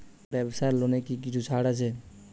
ব্যাবসার লোনে কি কিছু ছাড় আছে?